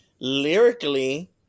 Lyrically